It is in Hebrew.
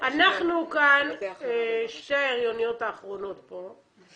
אנחנו שתי ההריוניות האחרונות פה,